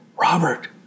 Robert